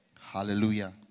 Hallelujah